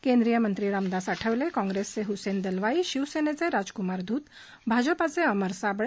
केंद्रीय मंत्री रामदास आठवले काँप्रेसचे हुसेन दलवाई शिवसेनेचे राजकूमार धूत भाजपचे अमर साबळे